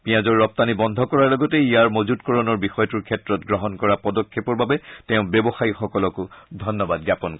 পিয়াজৰ ৰপ্তানী বন্ধ কৰাৰ লগতে ইয়াৰ মজুতকৰণৰ বিষয়টোৰ ক্ষেত্ৰত গ্ৰহণ কৰা পদক্ষেপৰ বাবে তেওঁ ব্যৱসায়ীসকলকো ধন্যবাদ জ্ঞাপন কৰে